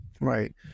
Right